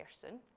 person